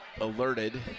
alerted